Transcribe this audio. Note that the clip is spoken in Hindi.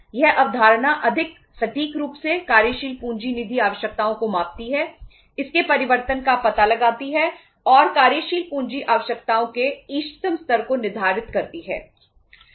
यह अवधारणा अधिक सटीक रूप से कार्यशील पूंजी निधि आवश्यकताओं को मापती है इसके परिवर्तनों का पता लगाती है और कार्यशील पूंजी आवश्यकताओं के इष्टतम स्तर को निर्धारित करती है